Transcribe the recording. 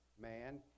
man